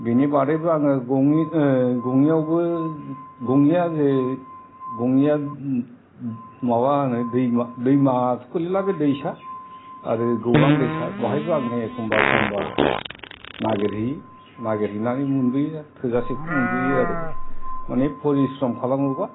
बिनि बादैबो आङो गङि गङियाआवबो गङिया जे गङिया माबा होनो दैमा दैमाथ' गोलैला बे दैसा आरो गौरां दैसा बाहायबो आं एखम्बा एखम्बा नागिरहैयो आरो नागिरहैनानै आरो मोनबोयो थोजासेखौ मोनबोयो आरो माने फरिस्रम खालामोबा